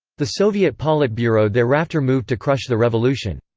the soviet politburo thereafter moved to crush the revolution.